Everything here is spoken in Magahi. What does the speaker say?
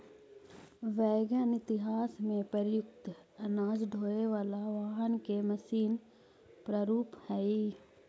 वैगन इतिहास में प्रयुक्त अनाज ढोवे वाला वाहन के मशीन प्रारूप हई